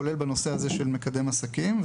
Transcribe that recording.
כולל בנושא הזה של מקדם עסקים,